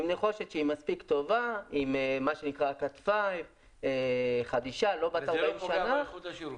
שהיא מספיק טובה, חדישה, לא בת 40 שנים.